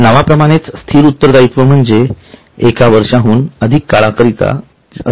नावाप्रमाणेच स्थिर उत्तरदायित्व म्हणजे जे एक वर्षाहून अधिक काळा करिता असते